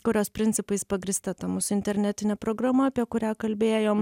kurios principais pagrįsta ta mūsų internetinė programa apie kurią kalbėjom